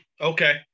okay